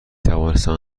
توانستم